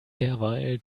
derweil